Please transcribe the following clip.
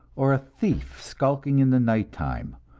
or a thief skulking in the night-time,